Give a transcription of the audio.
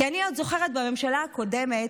אני זוכרת שבממשלה הקודמת,